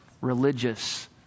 religious